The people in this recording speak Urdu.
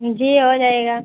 جی ہوجائے گا